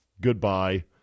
goodbye